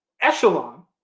echelon